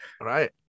right